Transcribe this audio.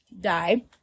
Die